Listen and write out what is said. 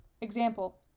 Example